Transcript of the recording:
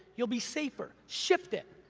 you'll be safer, shift it!